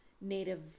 native